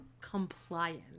Compliant